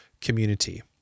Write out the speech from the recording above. community